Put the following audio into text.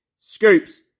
scoops